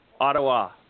Ottawa